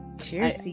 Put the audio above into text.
Cheers